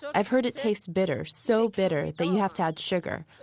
so i've heard it tastes bitter. so bitter that you have to add sugar.